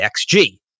xg